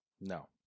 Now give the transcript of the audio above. No